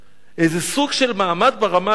איזה סוג של מעמד ברמה הלאומית.